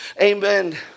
amen